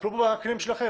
טפלו בו בכלים שלכם.